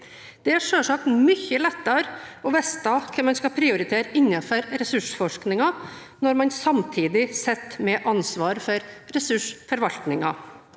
Det er selvsagt mye lettere å vite hva man skal prioritere innenfor ressursforskningen, når man samtidig sitter med ansvaret for ressursforvaltningen.